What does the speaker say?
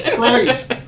Christ